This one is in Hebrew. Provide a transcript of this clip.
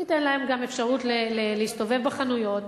ניתן להם גם אפשרות להסתובב בחנויות,